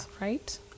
right